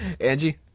Angie